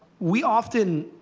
we often